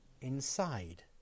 inside